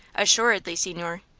assuredly, signore.